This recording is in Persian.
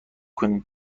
کنین